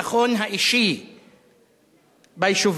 ביטחון אישי ביישובים.